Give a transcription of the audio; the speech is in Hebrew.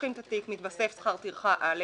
כשפותחים את התיק מתווסף שכר טרחה א',